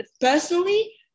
personally